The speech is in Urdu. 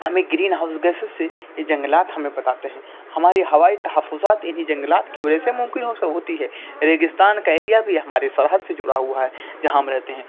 ہمیں گرین ہاؤس گیسز سے یہ جنگلات ہمیں بتاتے ہیں ہماری ہوائی تحفظات انہیں جنگلات کے وجہ سے ممکن ہو سب ہوتی ہے ریگستان کا ایریا بھی ہمارے سرحد سے جڑا ہوا ہے جہاں ہم رہتے ہیں